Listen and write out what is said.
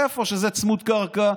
איפה שזה צמוד קרקע,